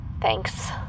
Thanks